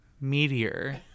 Meteor